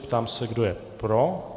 Ptám se, kdo je pro.